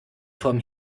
vom